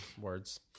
Words